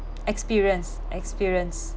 experience experience